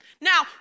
Now